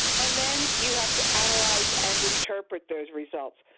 and then you have to analyze and interpret those results.